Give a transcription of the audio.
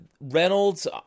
Reynolds